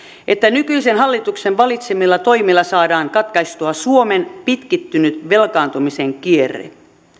että nykyisen hallituksen valitsemilla toimilla saadaan katkaistua suomen pitkittynyt velkaantumisen kierre